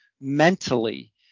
mentally